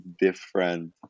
different